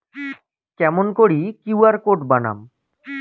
কেমন করি QR code বানাম?